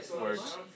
words